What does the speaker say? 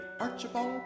Archibald